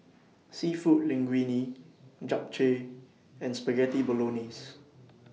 Seafood Linguine Japchae and Spaghetti Bolognese